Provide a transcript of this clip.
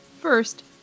First